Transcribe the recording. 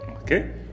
Okay